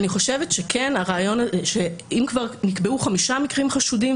אני חושבת שאם כבר נקבעו חמישה מקרים חשודים,